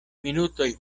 minutoj